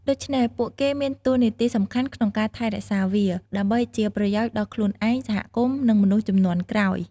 ដូច្នេះ ពួកគេមានតួនាទីសំខាន់ក្នុងការថែរក្សាវា ដើម្បីជាប្រយោជន៍ដល់ខ្លួនឯង សហគមន៍ និងមនុស្សជំនាន់ក្រោយ។